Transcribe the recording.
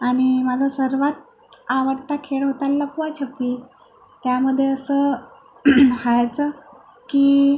आणि माझा सर्वात आवडता खेळ होता लपवाछपवी त्यामध्ये असं व्हायचं की